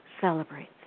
celebrates